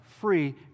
free